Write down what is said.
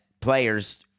players